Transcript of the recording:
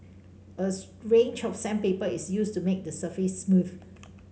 range of sandpaper is used to make the surface smooth